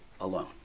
alone